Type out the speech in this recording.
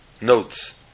notes